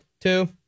Two